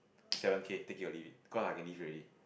seven K take it or leave it because I can leave already